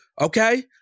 okay